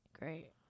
Great